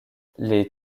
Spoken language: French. les